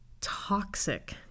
toxic